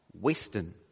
western